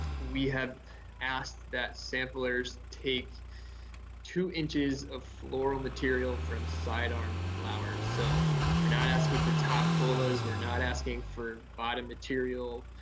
we have asked that samplers take two inches of floral materials from side arm flowers. so we're not asking for top colas. we're not asking for bottom material.